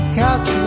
catch